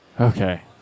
Okay